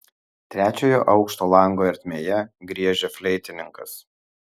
trečiojo aukšto lango ertmėje griežia fleitininkas